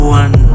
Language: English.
one